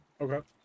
Okay